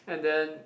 and then